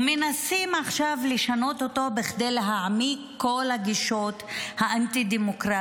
מנסים עכשיו לשנות אותו כדי להעמיק את כל הגישות האנטי-דמוקרטיות,